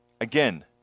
Again